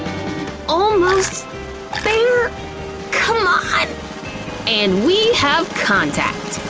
almost there c'mon, and we have contact!